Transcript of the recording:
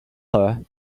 her